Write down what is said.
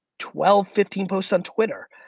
twelve, fifteen posts on twitter,